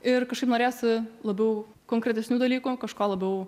ir kažkaip norėjosi labiau konkretesnių dalykų kažko labiau